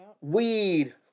weed